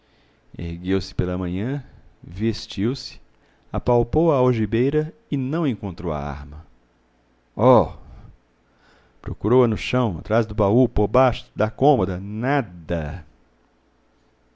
ergueu-se pela manhã vestiu-se apalpou a algibeira e não encontrou a arma oh procurou a no chão atrás do baú por baixo da cômoda nada